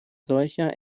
solcher